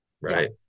Right